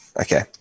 Okay